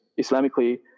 Islamically